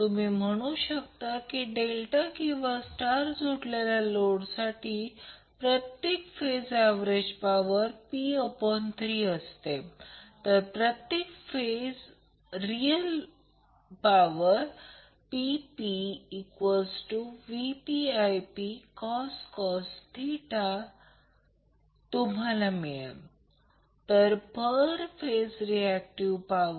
तर समान मार्ग म्हणजे याचा अर्थ Δ कनेक्टेड लोडसाठी देखील समान मार्ग फक्त IL √ 3 I p असावा आणि VL Vp line voltage phase voltage असावा